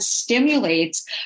stimulates